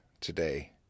today